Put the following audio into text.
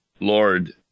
lord